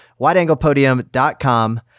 Wideanglepodium.com